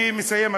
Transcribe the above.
אני מסיים,